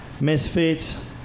Misfits